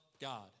god